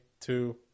two